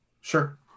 sure